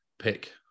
pick